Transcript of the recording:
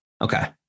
Okay